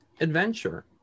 adventure